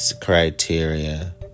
criteria